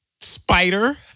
spider